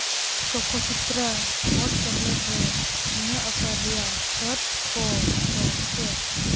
ᱠᱳᱠᱳ ᱥᱩᱛᱨᱚ hot chocolate ᱨᱮ ᱱᱤᱭᱟᱹ ᱚᱯᱷᱟᱨ ᱨᱮᱭᱟᱜ ᱥᱨᱳᱛ ᱠᱚᱫᱚ ᱪᱮᱫ